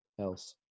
else